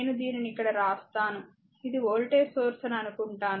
నేను దీనిని ఇక్కడ రాస్తాను ఇది వోల్టేజ్ సోర్స్ అని అనుకుంటాను